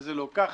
שזה לא כך.